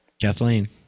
Kathleen